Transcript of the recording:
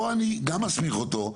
פה אני גם מסמיך אותו,